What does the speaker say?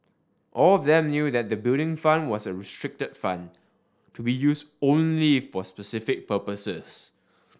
all of them knew that the Building Fund was a restricted fund to be use only for specific purposes